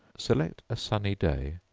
select a sunny day,